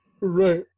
Right